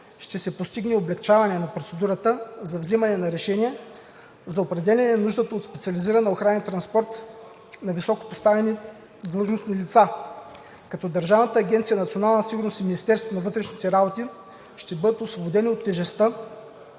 ще се постигне облекчаване на процедурата за вземане на решение за определяне нуждата от специализирана охрана и транспорт на високопоставени длъжностни лица, като Държавна агенция „Национална сигурност“ и Министерството на вътрешните работи ще бъдат освободени от тежестта